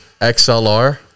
XLR